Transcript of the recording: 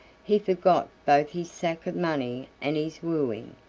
he forgot both his sack of money and his wooing,